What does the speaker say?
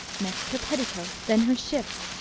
next her petticoat, then her shift,